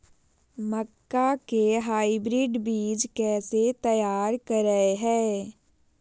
मक्का के हाइब्रिड बीज कैसे तैयार करय हैय?